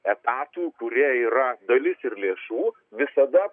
etatų kurie yra dalis ir lėšų visada